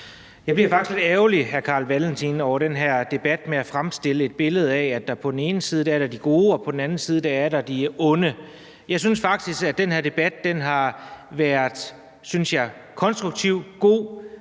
hr. Carl Valentin, over den her debat, hvor man fremstiller et billede af, at der på den ene side er de gode, og på den anden side er der de onde. Jeg synes faktisk, den her debat har været konstruktiv, god.